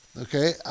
Okay